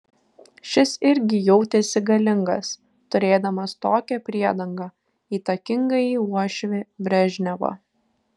šis irgi jautėsi galingas turėdamas tokią priedangą įtakingąjį uošvį brežnevą